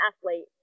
athlete